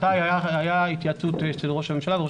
הייתה התייעצות אצל ראש הממשלה וראש